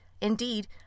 Indeed